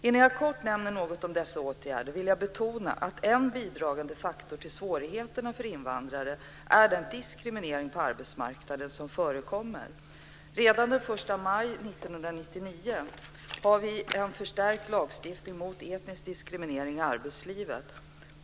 Innan jag kort nämner något om dessa åtgärder vill jag betona att en bidragande faktor till svårigheterna för invandrare är den diskriminering på arbetsmarknaden som förekommer. Redan den 1 maj 1999 fick vi en förstärkt lagstiftning mot etnisk diskriminering i arbetslivet.